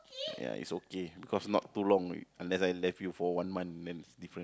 ya it's okay because not too long if unless I left you for one month then it's different